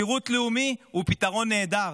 שירות לאומי הוא פתרון נהדר.